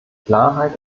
klarheit